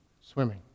swimming